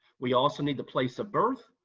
we also need the place of birth,